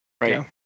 right